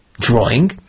drawing